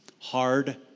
Hard